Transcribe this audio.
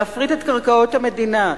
להפריט את קרקעות המדינה?